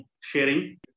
sharing